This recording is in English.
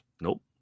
Nope